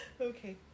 Okay